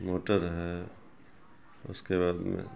motor ہے اس کے بعد میں